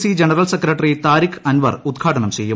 C general secretary Tariq Anwar ഉദ്ഘാടനം ചെയ്യും